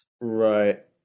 Right